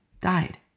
died